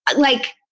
like